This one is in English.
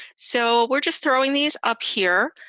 so we're just throwing these up here.